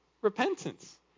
Repentance